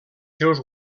seus